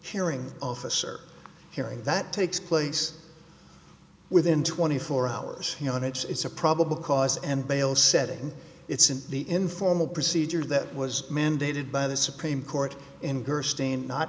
earing officer hearing that takes place within twenty four hours you know it's a probable cause and bail set and it's in the informal procedure that was mandated by the supreme court in gerstein not